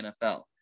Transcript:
NFL